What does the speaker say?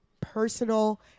personal